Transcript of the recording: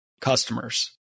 customers